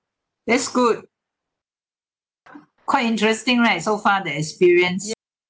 that's good quite interesting right so far the experience